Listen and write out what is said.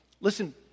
listen